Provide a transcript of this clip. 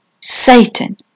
Satan